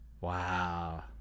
wow